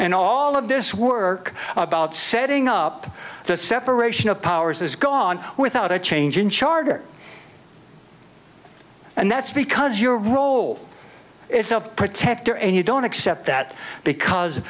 and all of this work about setting up the separation of powers is gone without a change in charter and that's because your role is a protector and you don't accept that because